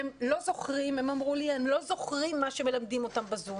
הם אמרו לי שהם לא זוכרים מה שמלמדים אותם ב-זום,